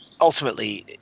ultimately